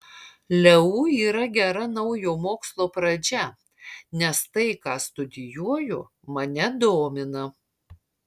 leu yra gera naujo mokslo pradžia nes tai ką studijuoju mane domina